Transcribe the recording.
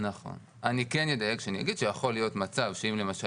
אני כן אדייק ואגיד שיכול להיות מצב שאם למשל